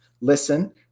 listen